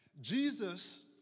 Jesus